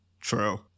True